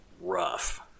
rough